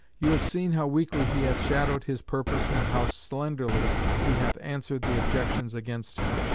you have seen how weakly he hath shadowed his purpose and how slenderly he hath answered the objections against him.